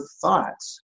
thoughts